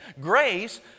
Grace